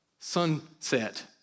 sunset